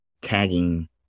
tagging